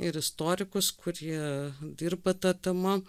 ir istorikus kurie dirba ta tema